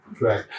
Right